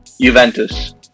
Juventus